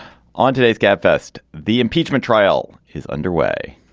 on today's gabfest, the impeachment trial is underway.